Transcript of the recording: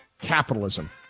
capitalism